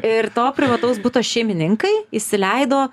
ir to privataus buto šeimininkai įsileido